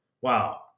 Wow